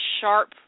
sharp